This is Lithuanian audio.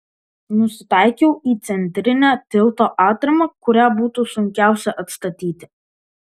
nusitaikiau į centrinę tilto atramą kurią būtų sunkiausia atstatyti